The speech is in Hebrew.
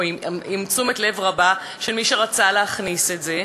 או עם תשומת לב רבה של מי שרצה להכניס את זה,